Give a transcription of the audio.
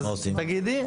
אז תגידי,